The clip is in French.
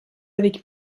avec